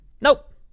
Nope